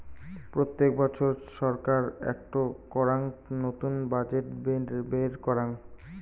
প্রত্যেক বছর ছরকার একটো করাং নতুন বাজেট বের করাং